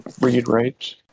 read-write